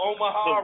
Omaha